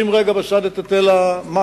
שים רגע בצד את היטל הבצורת.